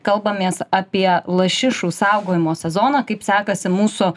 kalbamės apie lašišų saugojimo sezoną kaip sekasi mūsų